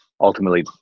ultimately